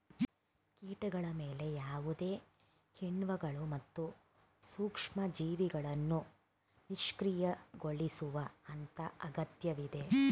ಕೀಟಗಳ ಮೇಲೆ ಯಾವುದೇ ಕಿಣ್ವಗಳು ಮತ್ತು ಸೂಕ್ಷ್ಮಜೀವಿಗಳನ್ನು ನಿಷ್ಕ್ರಿಯಗೊಳಿಸುವ ಹಂತ ಅಗತ್ಯವಿದೆ